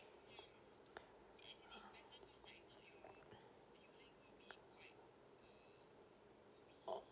orh